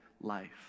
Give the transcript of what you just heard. life